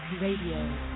Radio